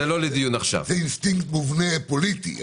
זה אינסטינקט מובנה פוליטי.